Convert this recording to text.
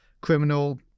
criminal